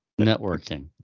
networking